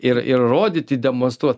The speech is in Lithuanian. ir ir rodyti demonstruot